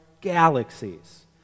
galaxies